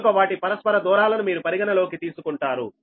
కనుక వాటి పరస్పర దూరాలను మీరు పరిగణలోకి తీసుకుంటారు